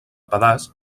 pedaç